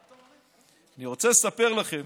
אני רוצה לספר לכם,